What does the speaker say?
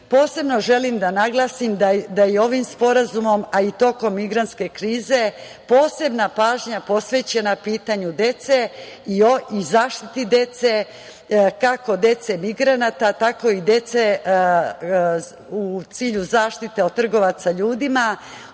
želim da naglasim da je ovim sporazumom, a i tokom migrantske krize, posebna pažnja posvećena pitanju dece i zaštiti dece, kako dece migranata, tako i dece u cilju zaštite od trgovaca ljudima,